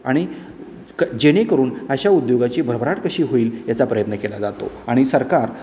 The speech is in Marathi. आणि क जेणेकरून अशा उद्योगाची भरभराट कशी होईल याचा प्रयत्न केला जातो आणि सरकार